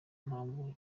mpamvu